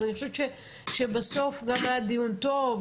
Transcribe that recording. אז אני חושבת שבסוף גם היה דיון טוב,